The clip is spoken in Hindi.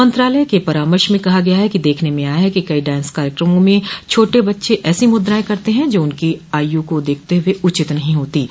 मंत्रालय के परामर्श में कहा गया है कि देखने में आया है कि कइ डांस कार्यक्रमों में छोटे बच्चे ऐसी मुद्राएं करते हैं जो उनकी आयु को देखत हुए उचित नहीं होतीं